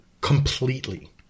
completely